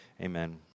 Amen